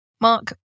Mark